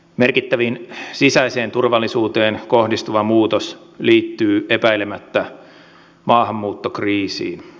merkittävin sisäiseen turvallisuuteen kohdistuva muutos liittyy epäilemättä maahanmuuttokriisiin